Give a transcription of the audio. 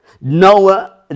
Noah